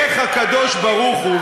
איך הקדוש-ברוך-הוא,